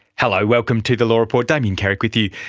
hello, welcome to the law report, damien carrick with you.